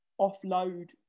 offload